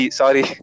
sorry